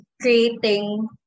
creating